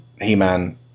He-Man